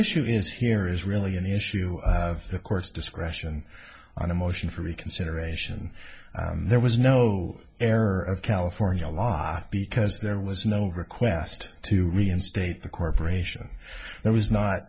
issue is here is really an issue of the course discretion on a motion for reconsideration there was no error of california law because there was no request to reinstate the corporation there was not